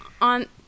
on